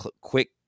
quick